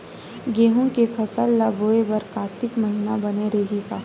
गेहूं के फसल ल बोय बर कातिक महिना बने रहि का?